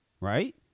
right